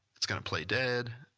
it's going to play dead.